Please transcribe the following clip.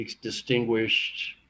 distinguished